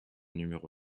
numéro